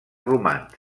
romans